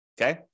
Okay